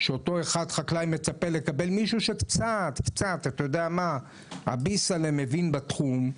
שאותו חקלאי מצפה לקבל מישהו שקצת מבין בתחום.